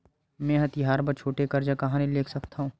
मेंहा तिहार बर छोटे कर्जा कहाँ ले सकथव?